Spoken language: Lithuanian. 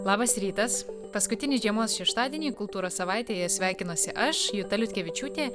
labas rytas paskutinį žiemos šeštadienį kultūros savaitėje sveikinuosi aš juta liutkevičiūtė